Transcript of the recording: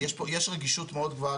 יש רגישות מאוד גבוהה,